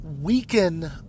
weaken